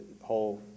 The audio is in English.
whole